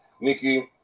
Nikki